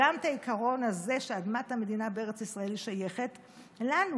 גם את העיקרון הזה שאדמת המדינה בארץ ישראל שייכת לנו,